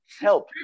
help